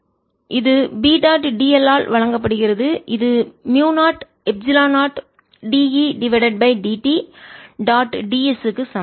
எனவே இது B dot dl ஆல் வழங்கப்படுகிறது இது மியூ0 epsilon naught dE dt dot ds க்கு சமம்